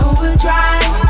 Overdrive